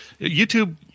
YouTube